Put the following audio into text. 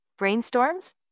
Brainstorms